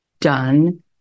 done